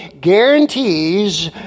guarantees